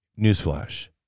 Newsflash